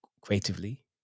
creatively